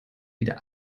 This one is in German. wieder